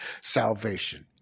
salvation